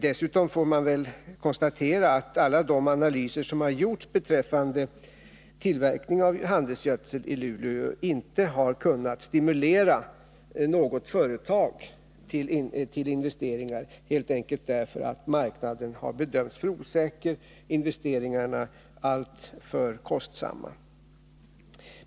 Dessutom får man väl konstatera att 27 november 1981 alla de analyser som har gjorts beträffande tillverkning av handelsgödselinte kunnat stimulera något företag till investeringar, helt enkelt därför att Om SSAB:s verkmarknaden har bedömts vara för osäker och investeringarna vara alltför kostsamma.